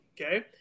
Okay